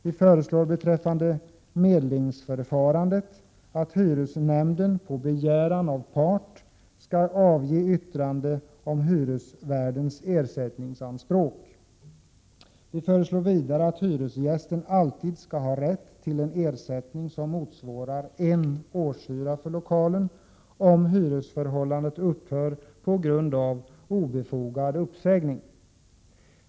Vi föreslår beträffande medlingsförfarandet att hyresnämnden, på begäran av part, skall avge yttrande om hyresvärdens ersättningsanspråk. Vi föreslår vidare att hyresgästen alltid skall ha rätt till en ersättning som motsvarar en årshyra för lokalen, om hyresförhållandet upphör på grund av obefogad uppsägning.